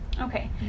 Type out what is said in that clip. okay